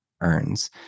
earns